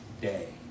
day